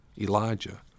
Elijah